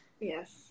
Yes